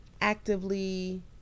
actively